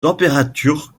température